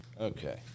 Okay